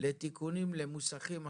לתיקונים למוסכים אחרים,